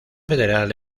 federal